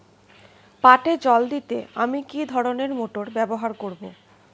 পাটে জল দিতে আমি কি ধরনের মোটর ব্যবহার করব?